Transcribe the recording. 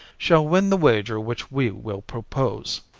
shall win the wager which we will propose.